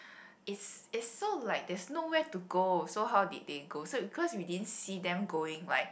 it's it's so like there's nowhere to go so how did they go so cause we didn't see them going right